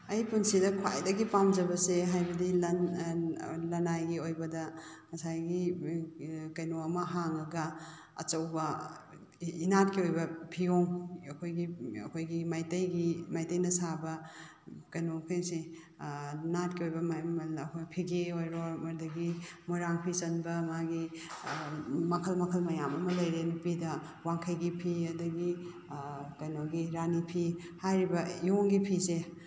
ꯑꯩ ꯄꯨꯟꯁꯤꯗ ꯈ꯭ꯋꯥꯏꯗꯒꯤ ꯄꯥꯝꯖꯕꯁꯦ ꯍꯥꯏꯕꯗꯤ ꯂꯅꯥꯏꯒꯤ ꯑꯣꯏꯕꯗ ꯉꯁꯥꯏꯒꯤ ꯀꯩꯅꯣ ꯑꯃ ꯍꯥꯡꯉꯒ ꯑꯆꯧꯕ ꯏꯅꯥꯠꯀꯤ ꯑꯣꯏꯕ ꯐꯤꯌꯣꯡ ꯑꯩꯈꯣꯏꯒꯤ ꯑꯩꯈꯣꯏꯒꯤ ꯃꯩꯇꯩꯒꯤ ꯃꯩꯇꯩꯅ ꯁꯥꯕ ꯀꯩꯅꯣꯈꯩꯁꯦ ꯅꯥꯠꯀꯤ ꯑꯣꯏꯕ ꯐꯤꯒꯦ ꯑꯣꯏꯔꯣ ꯑꯗꯒꯤ ꯃꯣꯏꯔꯥꯡ ꯐꯤ ꯆꯟꯕ ꯃꯥꯒꯤ ꯃꯈꯜ ꯃꯈꯜ ꯃꯌꯥꯝ ꯑꯃ ꯂꯩꯔꯦ ꯅꯨꯄꯤꯗ ꯋꯥꯡꯈꯩꯒꯤ ꯐꯤ ꯑꯗꯒꯤ ꯀꯩꯅꯣꯒꯤ ꯔꯥꯅꯤ ꯐꯤ ꯍꯥꯏꯔꯤꯕ ꯏꯌꯣꯡꯒꯤ ꯐꯤꯁꯦ